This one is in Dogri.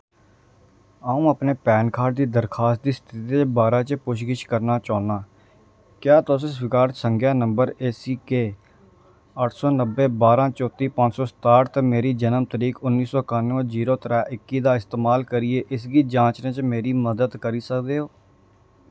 अऊं अपने पैन कार्ड दी दरखास्त दी स्थिति दे बारे च पुछ गिछ करना चाह्न्नां क्या तुस स्वीकृत संख्या नंबर ए सी के अट्ठ सौ नब्बै बारां चौत्ती पंज सौ सताह्ठ ते मेरी जनम तरीक उन्नी सौ कान्नूवैं जीरो त्रै इक्की दा इस्तेमाल करियै इसगी जांचने च मेरी मदद करी सकदे ओ